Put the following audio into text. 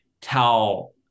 tell